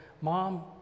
mom